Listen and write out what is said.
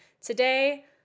Today